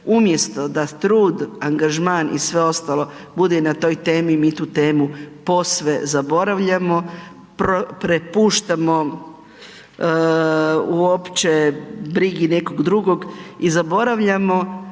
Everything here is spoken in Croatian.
Umjesto da trud, angažman i sve ostalo bude na toj temi, mi tu temu posve zaboravljamo, prepuštamo uopće brigi nekog drugog i zaboravljamo